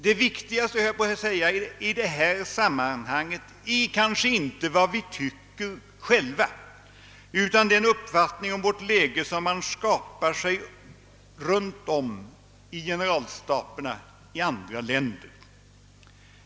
Det viktigaste i sammanhanget är kanske inte vad vi själva tycker utan den uppfattning om vårt läge som man skapar sig runt om i generalstaberna i andra länder.